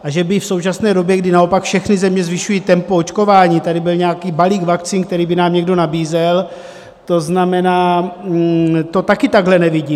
A že by v současné době, kdy naopak všechny země zvyšují tempo očkování, tady byl nějaký balík vakcín, který by nám někdo nabízel, to znamená, to taky takhle nevidím.